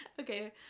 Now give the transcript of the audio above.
okay